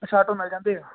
ਅੱਛਾ ਆਟੋ ਮਿਲ ਜਾਂਦੇ ਆ